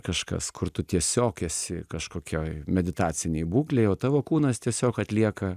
kažkas kur tu tiesiog esi kažkokioj meditacinėj būklėj o tavo kūnas tiesiog atlieka